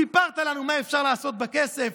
סיפרת לנו מה אפשר לעשות בכסף.